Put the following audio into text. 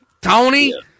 Tony